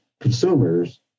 consumers